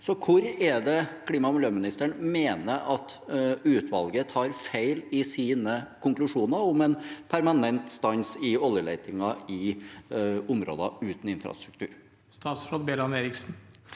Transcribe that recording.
Så hvor er det klima- og miljøministeren mener at utvalget tar feil i sine konklusjoner om en permanent stans i oljeletingen i områder uten infrastruktur? Statsråd Andreas Bjelland Eriksen